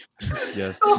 Yes